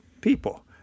people